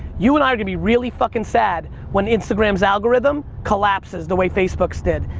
you and i are gonna be really fuckin' sad when instagram's algorithm collapses the way facebook's did.